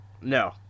No